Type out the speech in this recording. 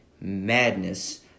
Madness